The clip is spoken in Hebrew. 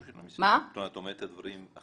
את אומרת את הדברים אחרי תחקור?